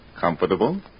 Comfortable